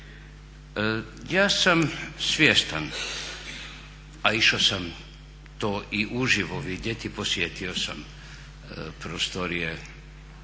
Ja sam svjestan, a išao sam to i uživo vidjeti i posjetio sam prostorije